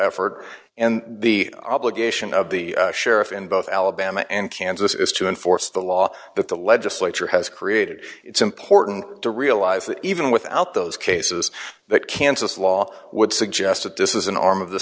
effort and the obligation of the sheriff in both alabama and kansas is to enforce the law that the legislature has created it's important to realize that even without those cases that kansas law would suggest that this is an arm of the